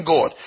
God